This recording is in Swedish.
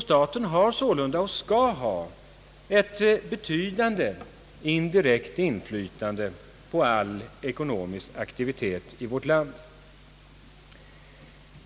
Staten har sålunda, och skall ha, ett avgörande indirekt inflytande på all ekonomisk aktivitet i vårt land.